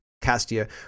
Castia